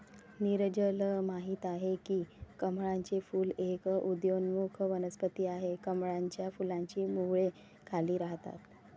नीरजल माहित आहे की कमळाचे फूल एक उदयोन्मुख वनस्पती आहे, कमळाच्या फुलाची मुळे खाली राहतात